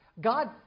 God